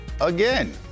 again